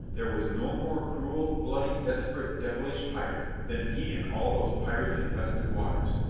there was no more cruel, bloody, desperate, devilish pirate than he in all those pirate-infested waters.